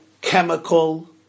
chemical